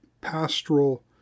pastoral